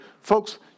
Folks